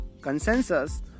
consensus